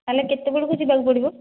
ତା'ହେଲେ କେତେବେଳକୁ ଯିବାକୁ ପଡ଼ିବ